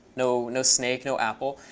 no no snake, no apple,